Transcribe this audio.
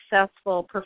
successful